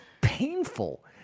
painful